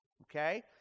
Okay